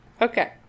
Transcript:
Okay